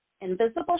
Invisible